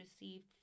received